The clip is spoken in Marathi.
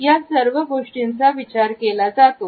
या सर्व गोष्टींचा विचार केला जातो